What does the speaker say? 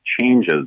changes